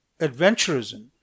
adventurism